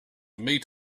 meet